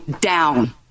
down